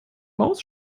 maus